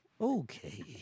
Okay